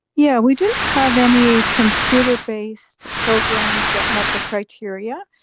yeah we didn't have any computer based programs that met the criteria.